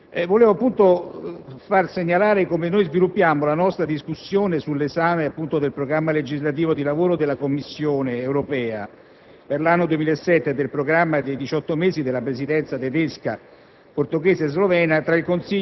Volevo appunto segnalare come noi sviluppiamo la nostra discussione sull'esame del programma legislativo di lavoro della Commissione europea per l'anno 2007 e del programma di 18 mesi delle Presidenze tedesca,